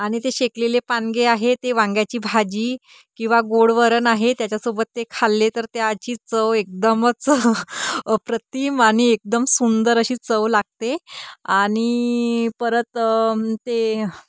आणि ते शेकलेले पानगे आहे ते वांग्याची भाजी किंवा गोड वरण आहे त्याच्यासोबत ते खाल्ले तर त्याची चव एकदमच अप्रतिम आणि एकदम सुंदर अशी चव लागते आणि परत ते